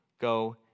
Go